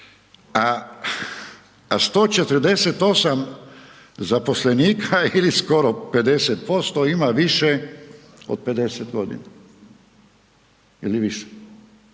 A 148 zaposlenika ili skoro 50% ima više od 50 godina ili više.